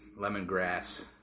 Lemongrass